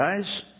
guys